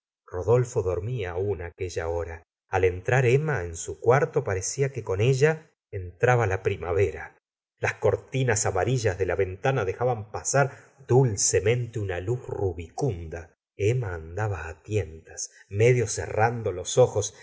rodolfo dormía aún aquella hora al entrar emma en su cuarto parecía que con ella entraba la la señora de bovary primavera las cortinas amarillas de la ventana dejaban pasar dulcemente una luz rubicunda emma andaba á tientas medio cerrando los ojos